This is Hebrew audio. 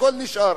הכול נשאר,